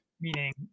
meaning